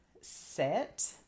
set